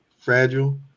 fragile